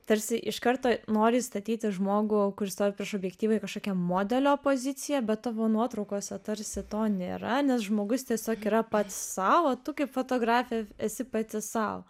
tarsi iš karto nori įstatyti žmogų kuris stovi prieš objektyvą į kažkokią modelio poziciją bet tavo nuotraukose tarsi to nėra nes žmogus tiesiog yra pats sau o tu kaip fotografė esi pati sau